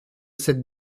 cette